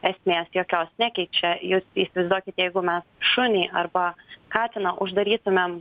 esmės jokios nekeičia jūs įsivaizduokit jeigu mes šunį arba katiną uždarytumėm